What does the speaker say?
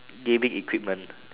gaming equipment